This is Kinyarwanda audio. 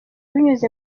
binyuze